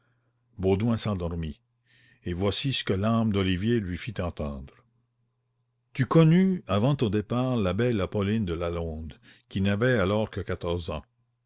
baudouin s'endormit et voici ce que l'âme d'olivier lui fit entendre tu connus avant ton départ la belle appolline de lalonde qui n'avait alors que quatorze ans